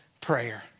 prayer